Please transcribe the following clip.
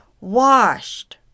washed